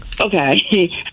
okay